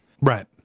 Right